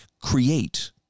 create